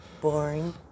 Boring